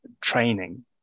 training